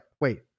wait